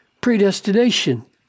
predestination